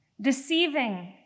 deceiving